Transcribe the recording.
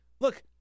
look